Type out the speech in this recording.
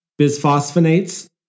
bisphosphonates